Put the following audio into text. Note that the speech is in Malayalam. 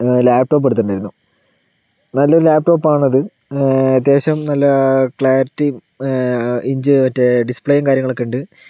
ലാപ്ടോപ് എടുത്തിട്ടുണ്ടായിരുന്നു നല്ലൊരു ലാപ്ടോപ്പാണത് അത്യാവശ്യം നല്ല ക്ലാരിറ്റിം ഇഞ്ച് മറ്റെ ഡിസ്പ്ലേയും കാര്യങ്ങളൊക്കെയുണ്ട്